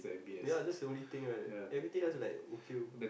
ya that's the only thing right everything else is like okay loh